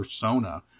persona